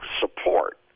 support